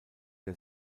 der